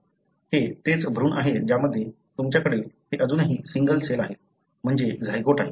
हे तेच भ्रूण आहेत ज्यामध्ये तुमच्याकडे ते अजूनही सिंगल सेल आहेत म्हणजे झायगोट आहे